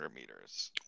meters